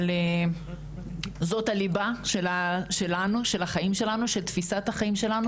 אבל זאת הליבה של החיים שלנו ושל תפיסת החיים שלנו.